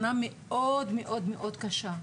שנה מאוד מאוד קשה.